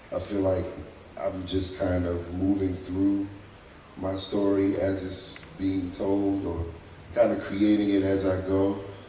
ah feel like i'm just kind of moving through my story as it's being told kind of creating it as i go.